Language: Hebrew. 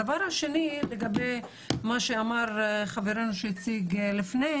הדבר השני, לגבי מה שאמר רונן שהציג קודם,